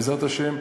בעזרת השם,